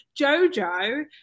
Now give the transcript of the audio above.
Jojo